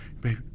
baby